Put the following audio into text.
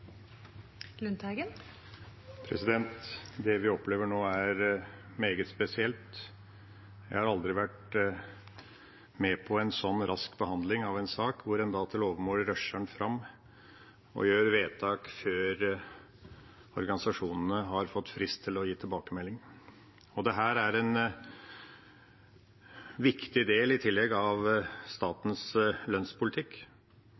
en så rask behandling av en sak, der en til overmål rusher den fram og gjør vedtak før organisasjonene har fått frist til å gi tilbakemelding. Dette er i tillegg en viktig del av statens lønnspolitikk. Oppgjøret innebærer et tillegg